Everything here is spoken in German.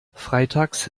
freitags